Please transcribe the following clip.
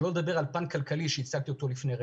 שלא לדבר על פן כלכלי שהצגתי אותו לפני רגע.